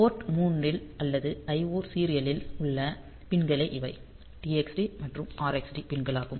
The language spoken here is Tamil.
போர்ட் 3 இல் அல்லது I O சீரியலில் உள்ள பின் களே இவை TXD மற்றும் RXD பின் களாகும்